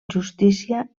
justícia